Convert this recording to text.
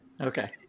Okay